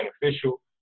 beneficial